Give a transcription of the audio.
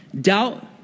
Doubt